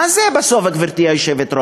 מה זה בסוף, גברתי היושבת-ראש?